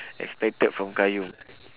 expected from qayyum